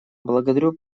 благодарю